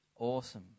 Awesome